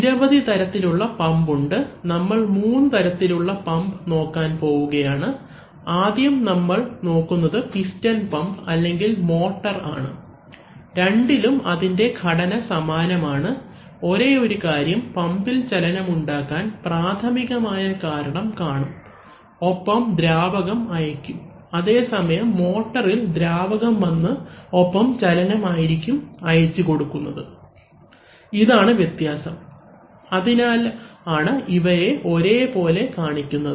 നിരവധി തരത്തിലുള്ള പമ്പ് ഉണ്ട് നമ്മൾ മൂന്നുതരത്തിലുള്ള പമ്പ് നോക്കാൻ പോവുകയാണ് ആദ്യം നമ്മൾ നോക്കുന്നത് പിസ്റ്റൺ പമ്പ് അല്ലെങ്കിൽ മോട്ടർ ആണ് രണ്ടിലും അതിൻറെ ഘടന സമാനമാണ് ഒരേയൊരു കാര്യം പമ്പിൽ ചലനമുണ്ടാക്കാൻ പ്രാഥമികമായ കാരണം കാണും ഒപ്പം ദ്രാവകം അയക്കും അതേസമയം മോട്ടറിൽ ദ്രാവകം വന്നു ഒപ്പം ചലനം ആയിരിക്കും അയച്ചു കൊടുക്കുന്നത് ഇതാണ് വ്യത്യാസം അതിനാലാണ് ഇവയെ ഒരേപോലെ കാണിക്കുന്നത്